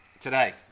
Today